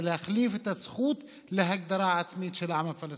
להחליף את הזכות להגדרה עצמית של העם הפלסטיני.